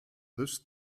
thus